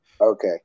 Okay